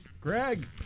Greg